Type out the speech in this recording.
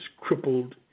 crippled